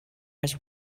his